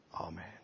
Amen